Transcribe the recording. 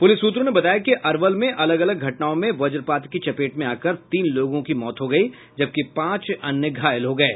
police सूत्रों ने बताया कि अरवल में अलग अलग घटनाओं में वज्जपात की चपेट में आकर तीन लोगों की मौत हो गयी जबकि पांच अन्य घायल हो गये